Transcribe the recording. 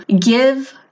give